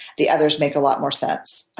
the others make a lot more sense.